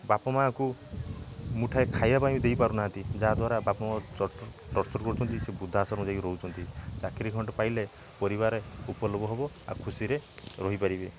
ବାପ ମାଆକୁ ମୁଠାଏ ଖାଇବା ପାଇଁ ବି ଦେଇପାରୁ ନାହାଁନ୍ତି ଯାହାଦ୍ୱାରା ବାପମାଆକୁ ଚର୍ଚ ଟର୍ଚର୍ କରୁଛନ୍ତି ସେ ବୃଦ୍ଧା ଆଶ୍ରମକୁ ଯାଇକି ରହୁଛନ୍ତି ଚାକିରୀ ଖଣ୍ଡେ ପାଇଲେ ପରିବାରେ ଉପଲଭ ହେବ ଆଉ ଖୁସିରେ ରହିପାରିବେ